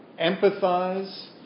empathize